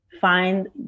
find